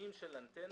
מסוימים של אנטנות,